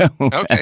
Okay